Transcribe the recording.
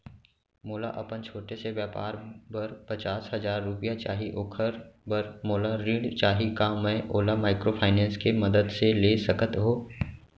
मोला अपन छोटे से व्यापार बर पचास हजार रुपिया चाही ओखर बर मोला ऋण चाही का मैं ओला माइक्रोफाइनेंस के मदद से ले सकत हो?